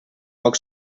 poc